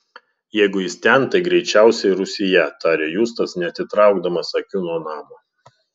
jeigu jis ten tai greičiausiai rūsyje tarė justas neatitraukdamas akių nuo namo